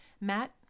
Matt